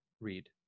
read